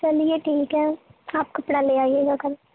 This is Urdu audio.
چلیے ٹھیک ہے آپ کپڑا لے آئیے گا کل